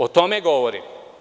O tome govorim.